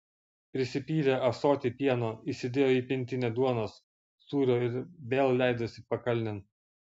prisipylė ąsotį pieno įsidėjo į pintinę duonos sūrio ir vėl leidosi pakalnėn